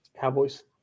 Cowboys